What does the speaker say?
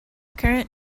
current